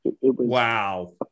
Wow